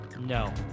No